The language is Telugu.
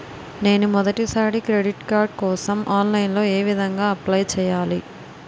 నేను మొదటిసారి క్రెడిట్ కార్డ్ కోసం ఆన్లైన్ లో ఏ విధంగా అప్లై చేయాలి?